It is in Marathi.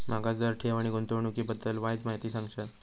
माका जरा ठेव आणि गुंतवणूकी बद्दल वायचं माहिती सांगशात?